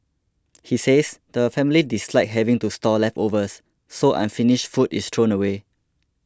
he says the family dislike having to store leftovers so unfinished food is thrown away